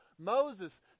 Moses